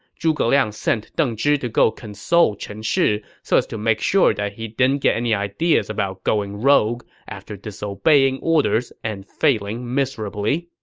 zhuge liang sent deng zhi to go console chen shi so as to make sure he didn't get any ideas about going rogue after disobeying orders and failing miserably.